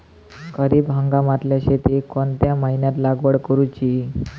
खरीप हंगामातल्या शेतीक कोणत्या महिन्यात लागवड करूची?